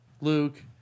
Luke